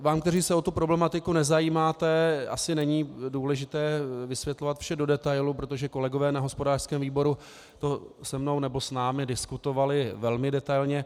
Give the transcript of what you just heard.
Vám, kteří se o tu problematiku nezajímáte, asi není důležité vysvětlovat vše do detailu, protože kolegové na hospodářském výboru s námi diskutovali velmi detailně.